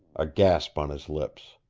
a gasp on his lips.